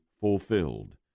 fulfilled